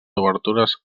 obertures